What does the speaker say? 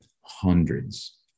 hundreds